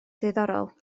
ddiddorol